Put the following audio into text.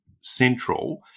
Central